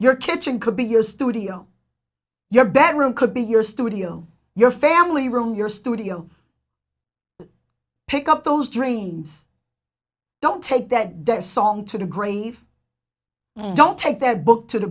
your kitchen could be your studio your bedroom could be your studio your family room your studio pick up those drains don't take that the song to the grave don't take that book to the